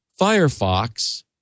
Firefox